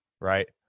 right